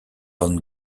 van